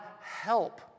help